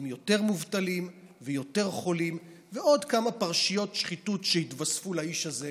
עם יותר מובטלים ויותר חולים ועוד כמה פרשיות שחיתות שיתווספו לאיש הזה,